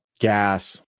gas